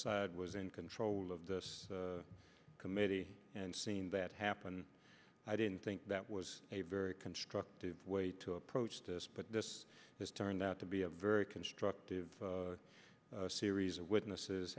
side was in control of the committee and seen that happen i didn't think that was a very constructive way to approach this but this turned out to be a very constructive series of witnesses